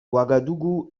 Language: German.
ouagadougou